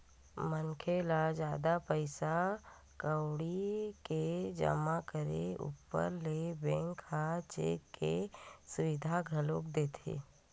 मनखे ल जादा पइसा कउड़ी के जमा करे ऊपर ले बेंक ह चेक के सुबिधा घलोक देथे